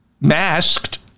masked